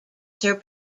sir